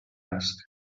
است